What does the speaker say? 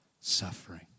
suffering